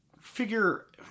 Figure